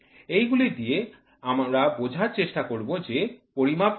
এইগুলি দিয়ে আমরা বোঝার চেষ্টা করব যে পরিমাপ কি